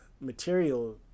material